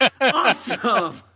Awesome